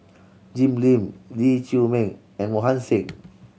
Jim Lim Lee Chiaw Meng and Mohan Singh